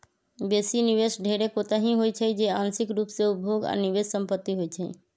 बेशी निवेश ढेरेक ओतहि होइ छइ जे आंशिक रूप से उपभोग आऽ निवेश संपत्ति होइ छइ